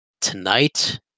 tonight